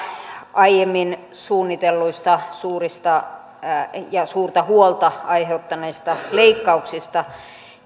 aiemmin suunnitelluista suurista ja suurta huolta aiheuttaneista leikkauksista